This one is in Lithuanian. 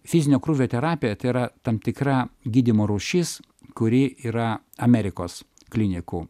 fizinio krūvio terapija tai yra tam tikra gydymo rūšis kuri yra amerikos klinikų